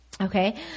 Okay